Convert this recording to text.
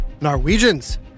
Norwegians